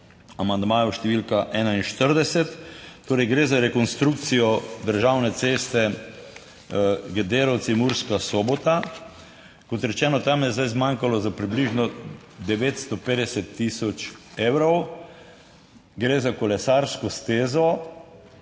amandmaju številka 41. Torej gre za rekonstrukcijo državne ceste Gederovci - Murska Sobota, kot rečeno, tam je zdaj zmanjkalo za približno 950 tisoč evrov, gre za kolesarsko stezo.